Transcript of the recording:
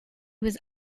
was